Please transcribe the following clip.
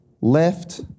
Left